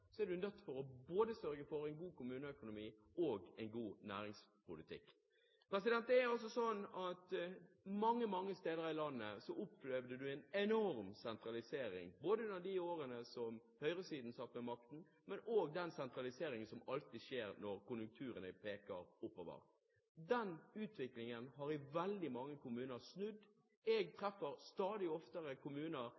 er en nødt til å sørge for både en god kommuneøkonomi og en god næringspolitikk. Mange, mange steder i landet opplevde man en enorm sentralisering i de årene da høyresiden satt med makten, og den sentraliseringen som alltid skjer når konjunkturene peker oppover. Den utviklingen har snudd i veldig mange kommuner. Jeg treffer stadig oftere folk i kommuner der en har snudd